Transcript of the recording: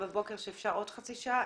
בבוקר אליהן אפשר להוסיף עוד חצי שעה.